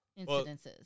incidences